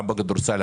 גם בכדורסל,